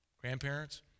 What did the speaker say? Grandparents